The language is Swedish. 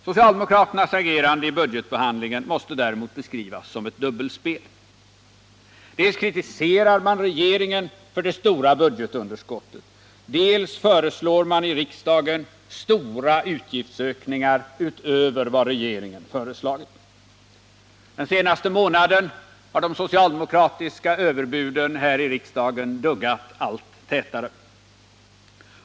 Socialdemokraternas agerande i budgetbehandlingen måste däremot beskrivas som ett dubbelspel. Dels kritiserar man regeringen för det stora budgetunderskottet, dels föreslår man i riksdagen stora utgiftsökningar utöver vad regeringen föreslagit. Den senaste månaden har de socialdemokratiska överbuden i riksdagen duggat allt tätare.